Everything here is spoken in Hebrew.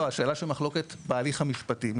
לא, לא, השאלה שבמחלוקת בהליך המשפטי.